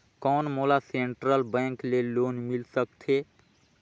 कौन मोला central bank ले लोन मिल सकथे?